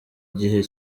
gihe